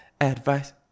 advice